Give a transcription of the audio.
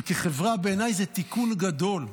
וכחברה, בעיניי, זה תיקון גדול.